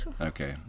Okay